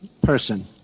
person